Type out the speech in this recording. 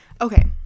okay